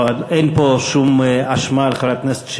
אין פה שום אשמה על חברת הכנסת,